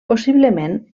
possiblement